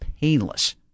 painless